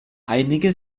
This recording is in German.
einige